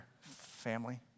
family